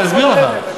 אני אסביר לך.